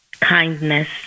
kindness